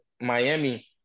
Miami